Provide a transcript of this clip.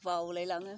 बावलायलाङो